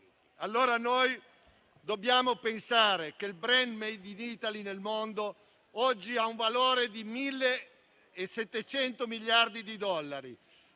Allora noi dobbiamo pensare che oggi il *brand* *made in Italy* nel mondo ha un valore di 1.700 miliardi di dollari;